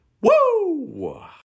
Woo